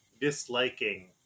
disliking